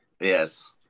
Yes